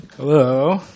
Hello